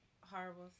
horrible